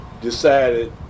decided